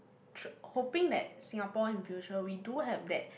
tr~ hoping that Singapore in future we do have that